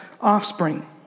offspring